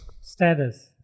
status